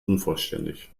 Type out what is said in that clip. unvollständig